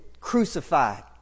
crucified